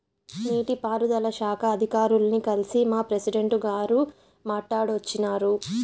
నీటి పారుదల శాఖ అధికారుల్ని కల్సి మా ప్రెసిడెంటు గారు మాట్టాడోచ్చినారు